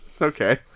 Okay